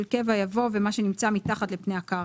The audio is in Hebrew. קבע' יבוא 'ומה שנמצא מתחת לפני הקרקע'.